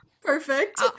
Perfect